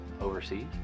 overseas